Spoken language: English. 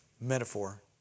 Metaphor